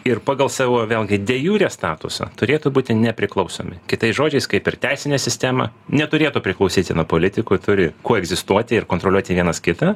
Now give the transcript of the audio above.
ir pagal savo vėlgi de jure statusą turėtų būti nepriklausomi kitais žodžiais kaip ir teisinė sistema neturėtų priklausyti nuo politikų turi koegzistuoti ir kontroliuoti vienas kitą